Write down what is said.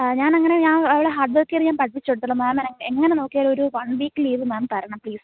ആ ഞാൻ അങ്ങനെ ഞാൻ അവളെ ഹാർഡ്വർക്ക് ചെയ്ത് ഞാൻ പഠിപ്പിച്ച് കൊടുത്തോളം മേമ് എങ്ങനെ നോക്കിയാലും ഒരു വൺ വീക്ക് ലീവ് മേം തരണം പ്ലീസ്